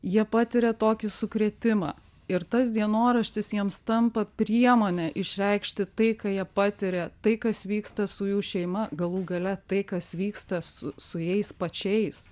jie patiria tokį sukrėtimą ir tas dienoraštis jiems tampa priemone išreikšti tai ką jie patiria tai kas vyksta su jų šeima galų gale tai kas vyksta su su jais pačiais